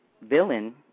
villain